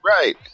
right